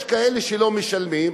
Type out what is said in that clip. יש כאלה שלא משלמים,